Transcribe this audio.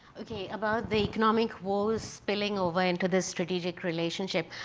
okay, about the economic woes spilling over into the strategic relationship,